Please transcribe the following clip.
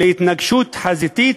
להתנגשות חזיתית,